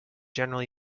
generally